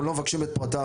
אנחנו לא מבקשים את פרטיו,